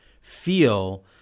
feel